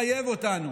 מחייב אותנו